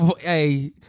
hey